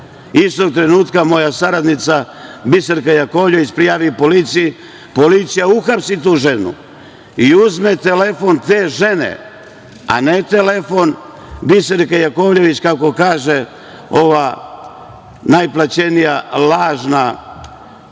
Istog trenutka moja saradnica Biserka Jakovljević prijavi policiji, policija uhapsi tu ženu i uzme telefon te žene, a ne telefon Biserke Jakovljević, kako kaže ova najplaćenija lažna